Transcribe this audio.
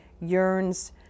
yearns